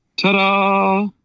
Ta-da